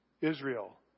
Israel